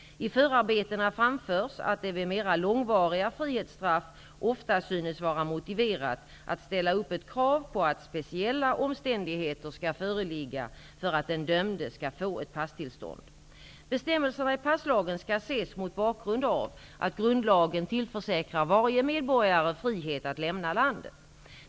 I förarbetena framförs att det vid mera långvariga frihetstraff ofta synes vara motiverat att ställa upp ett krav på att speciella omständigheter skall föreligga för att den dömde skall få ett passtillstånd Bestämmelserna i passlagen skall ses mot bakgrund av att grundlagen tillförsäkrar varje medborgare frihet att lämna landet.